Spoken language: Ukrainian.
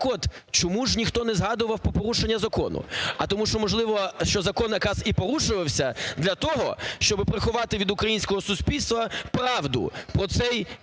чому ж ніхто не згадував про порушення закону? А тому що, можливо, що закон якраз і порушувався для того, щоб приховати від українського суспільства правду про цей бюджет?